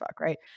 right